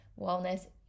wellness